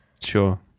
Sure